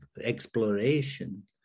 exploration